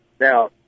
Now